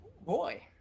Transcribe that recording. Boy